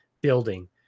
building